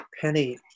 Penny